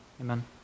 Amen